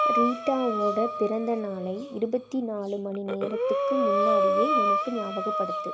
ரீட்டாவோடய பிறந்தநாளை இருபத்தி நாலு மணி நேரத்துக்கு முன்னாடியே எனக்கு ஞாபகப்படுத்து